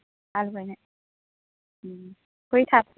आलु गायनाय उम फैथार